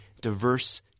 diverse